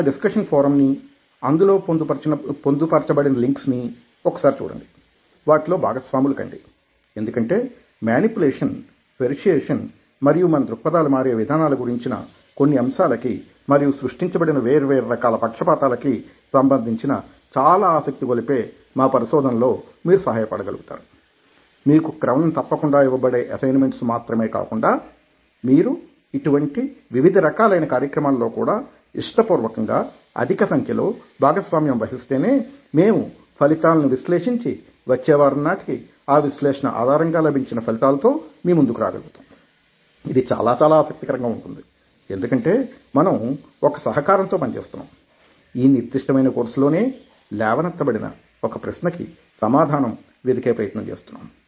మన discussion forum నీ అందులో పొందుపరిచిన బడిన లింక్స్ నీ ఒకసారి చూడండి వాటిలో భాగస్వాములు కండి ఎందుకంటే మేనిప్యులేషన్ పెర్య్సుయేసన్ మరియు మన దృక్పథాలు మారే విధానాల గురించిన కొన్ని అంశాలకి మరియు సృష్టించబడిన వేర్వేరు రకాల పక్షపాతాలకి సంబంధించిన చాలా ఆసక్తి గొలిపే మా పరిశోధనల్లో మీరు సహాయ పడగలుగుతారు మీకు క్రమం తప్పకుండా ఇవ్వబడే ఎస్సైన్మెంట్స్ మాత్రమే కాకుండా మీరు ఇటువంటి వివిధరకాలైన కార్యక్రమాలలో కూడా ఇష్టపూర్వకంగా అధిక సంఖ్యలో భాగస్వామ్యం వహిస్తేనే మేము ఫలితాలను విశ్లేషించి వచ్చే వారం నాటికి ఆ విశ్లేషణ ఆధారంగా లభించిన ఫలితాలతో మీ ముందుకు రాగలుగుతాము ఇది చాలా చాలా ఆసక్తికరంగా ఉంటుంది ఎందుకంటే మనము ఒక సహకారంతో పని చేస్తున్నాము ఈ నిర్దిష్టమైన కోర్సు లోనే లేవనెత్తబడిన ఒక ప్రశ్నకి సమాధానం వెదికే ప్రయత్నం చేస్తున్నాం